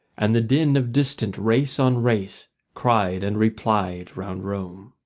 and the din of distant race on race cried and replied round rome.